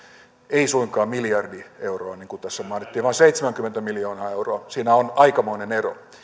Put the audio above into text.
ei suinkaan miljardi euroa niin kuin tässä mainittiin vaan seitsemänkymmentä miljoonaa euroa siinä on aikamoinen ero